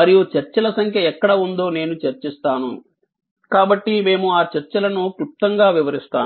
మరియు చర్చల సంఖ్య ఎక్కడ ఉందో నేను చర్చిస్తాను కాబట్టి మేము ఆ చర్చలను క్లుప్తంగా వివరిస్తాను